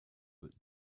that